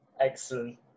excellent